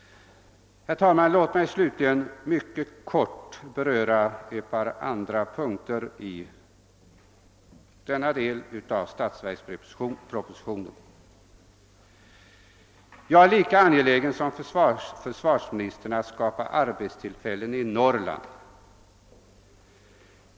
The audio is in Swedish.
Herr talman! Låt mig slutligen helt kort beröra ett par andra punkter i denna del av statsverkspropositionen. Jag är lika angelägen som försvarsministern om att det skapas arbetstillfällen i Norrland.